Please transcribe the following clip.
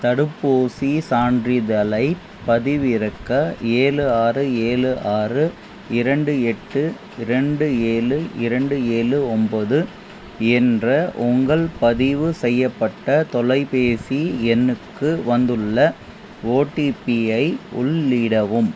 தடுப்பூசிச் சான்றிதழைப் பதிவிறக்க ஏலு ஆறு ஏலு ஆறு இரண்டு எட்டு ரெண்டு ஏழு இரண்டு ஏலு ஒம்பது என்ற உங்கள் பதிவு செய்யப்பட்ட தொலைபேசி எண்ணுக்கு வந்துள்ள ஓடிபியை உள்ளிடவும்